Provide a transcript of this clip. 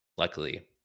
Luckily